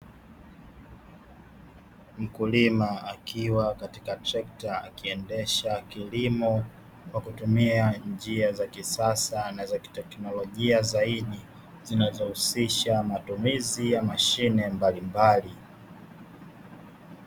Mkulima akiwa katika trekta, akiendesha kilimo kwa kutumia njia za kisasa na za kiteknolojia zaidi, zinazohusisha matumizi ya mashine mbalimbali.